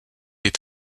est